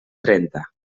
trenta